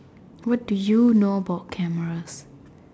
what do you know about cameras